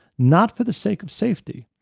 not for the sake of safety,